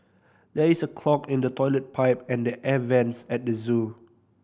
there is a clog in the toilet pipe and the air vents at the zoo